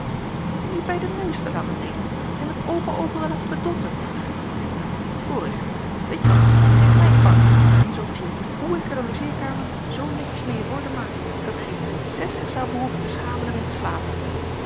om je bij den neus te laten nemen en met open oogen te laten bedotten vroeg leentje hoor eens weet je wat geef mij je bankje en je zult zien hoe ik er de logeerkamer zoo netjes meê in orde maak dat geen prinses zich zou behoeven te schamen er in te slapen